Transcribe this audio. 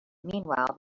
meanwhile